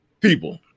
people